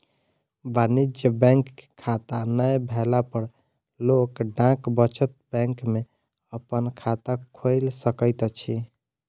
वाणिज्य बैंक के खाता नै भेला पर लोक डाक बचत बैंक में अपन खाता खोइल सकैत अछि